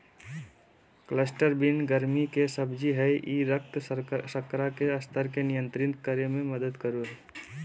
cluster beans गर्मि के सब्जी हइ ई रक्त शर्करा के स्तर के नियंत्रित करे में मदद करो हइ